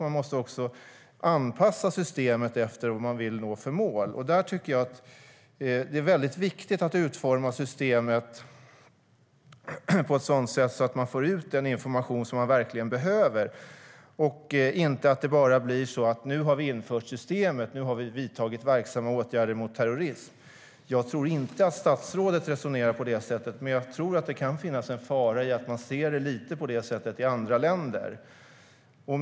Man måste också anpassa systemet efter vad man vill nå för mål. Därför är det viktigt att utforma systemet på ett sådant sätt att man får ut den information som man verkligen behöver. Det får inte bli så att man bara säger: Nu man har vi infört systemet och vidtagit verksamma åtgärder mot terrorism. Jag tror inte att statsrådet resonerar på det sättet, men jag tror att det kan finnas en fara i att man ser det lite på det sättet i andra länder.